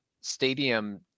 stadium